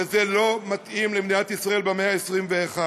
וזה לא מתאים למדינת ישראל במאה ה-21.